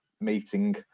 meeting